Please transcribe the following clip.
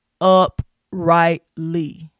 uprightly